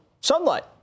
sunlight